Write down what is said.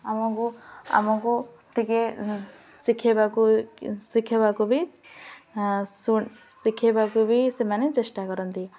ଆମକୁ ଆମକୁ ଟିକେ ଶିଖାଇବାକୁ ଶିଖାଇବାକୁ ବି ଶିଖାଇବାକୁ ବି ସେମାନେ ଚେଷ୍ଟା କରନ୍ତି